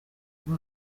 ubu